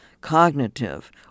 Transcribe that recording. cognitive